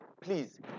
please